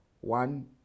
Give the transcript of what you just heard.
one